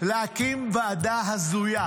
להקים ועדה הזויה